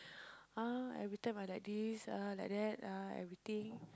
ah every time I like this ah like that ah everything